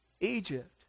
Egypt